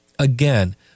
Again